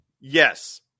Yes